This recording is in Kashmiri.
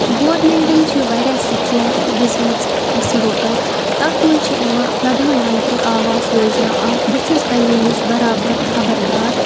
گورمینٹَن چھِ واریاہ سِکیٖم دِژمَژ اَسہِ لُکَن تَتھ منٛز چھِ یِوان پرٛدھان منترٛی آواس یوجنا اَکھ بہٕ چھس تَمہِ نِش بَرابَر خبردار